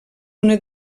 una